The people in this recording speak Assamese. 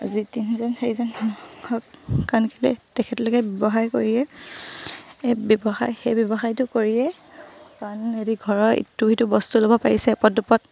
আজি তিনিজন চাৰিজন হওক কাৰণ কেলৈ তেখেতলোকে ব্যৱসায় কৰিয়ে ব্যৱসায় সেই ব্যৱসায়টো কৰিয়ে কাৰণ সিহঁতে ঘৰৰ ইটো সিটো বস্তু ল'ব পাৰিছে এপদ দুপদ